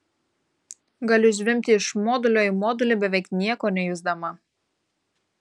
galiu zvimbti iš modulio į modulį beveik nieko nejusdama